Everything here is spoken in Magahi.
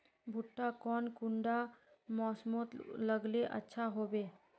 भुट्टा कौन कुंडा मोसमोत लगले अच्छा होबे?